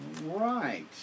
Right